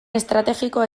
estrategikoa